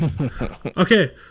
Okay